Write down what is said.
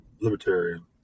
libertarian